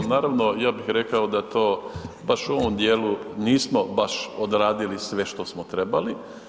Naravno, ja bih rekao da to baš u ovom dijelu nismo baš odradili sve što smo trebali.